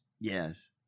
Yes